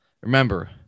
remember